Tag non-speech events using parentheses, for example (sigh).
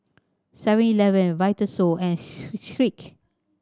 Seven Eleven Vitasoy and (unintelligible) Schick